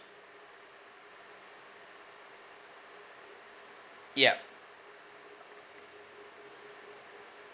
ya